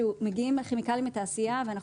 כשאנחנו מגיעים לכימיקלים בתעשייה ואנחנו